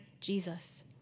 Jesus